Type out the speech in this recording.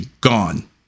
gone